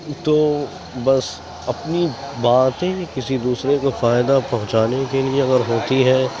تو بس اپنی باتیں بھی کسی دوسرے کو فائدہ پہنچانے کے لیے اگر ہوتی ہیں